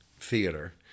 theater